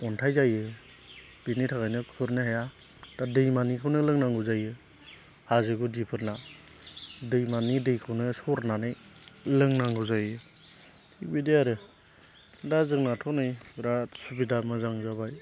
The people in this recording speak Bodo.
अन्थाइ जायो बेनि थाखायनो खुरनो हाया दा दैमानिखौनो लोंनांगौ जायो हाजो गुदिफोरना दैमानि दैखौनो सरनानै लोंनांगौ जायो थिग बिदि आरो दा जोंनाथ' नै बिराद सुबिदा मोजां जाबाय